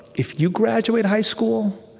if you graduate high school,